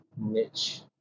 niche